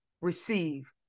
Receive